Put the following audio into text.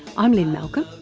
i'm lynne malcolm.